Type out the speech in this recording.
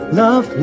love